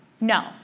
No